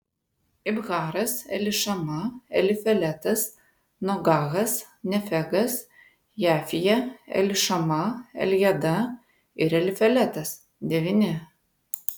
ibharas elišama elifeletas nogahas nefegas jafija elišama eljada ir elifeletas devyni